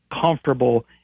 comfortable